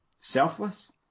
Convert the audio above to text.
selfless